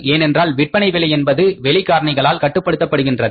ஏனென்றால் விற்பனை விலை என்பது வெளிகாரணிகளால் கட்டுப்படுத்தப்படுகின்றது